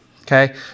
Okay